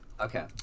Okay